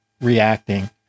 reacting